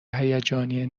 هیجانی